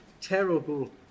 terrible